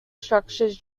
structures